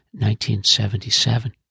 1977